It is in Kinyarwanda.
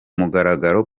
mugaragaro